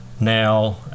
Now